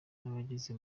n’abageze